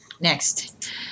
Next